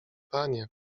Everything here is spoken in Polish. panie